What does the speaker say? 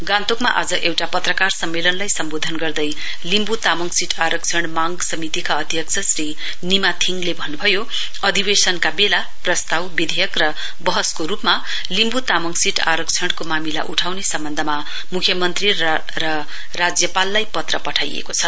गान्तोकमा आज एउटा पत्रकार सम्मेलनलाई सम्बोधन गर्दै लिम्बु तामङ सीट आरक्षण मांग समितिका अध्यक्ष श्री निमा थीङले भन्नुभयो अधिवेशनका बेला प्रस्ताव विधेयक र वहसको रुपमा लिम्बु तामङ सीट आरक्षणको मामिला उठाउने सम्बन्धमा मुख्यमन्त्री र राज्यपाललाई पत्र पठाइएको छ